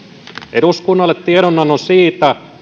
eduskunnalle tiedonannon siitä